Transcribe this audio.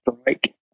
strike